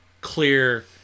clear